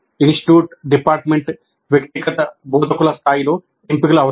institute department వ్యక్తిగత బోధకుల స్థాయిలో ఎంపికలు అవసరం